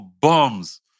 bums